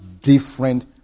different